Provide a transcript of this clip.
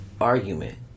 argument